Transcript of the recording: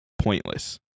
pointless